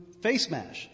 FaceMash